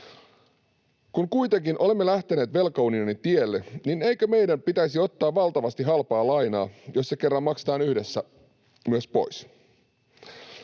Kun kuitenkin olemme lähteneet velkaunionin tielle, eikö meidän pitäisi ottaa valtavasti halpaa lainaa, jos se kerran myös maksetaan yhdessä pois?